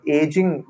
aging